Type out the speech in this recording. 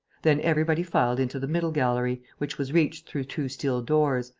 then everybody filed into the middle gallery, which was reached through two steel doors,